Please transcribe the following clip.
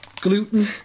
gluten